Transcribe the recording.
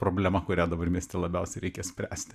problema kurią dabar mieste labiausiai reikia spręsti